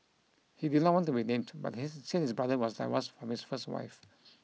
he did not want to be named but his brother was divorced from his first wife